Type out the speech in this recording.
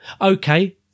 Okay